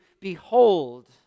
behold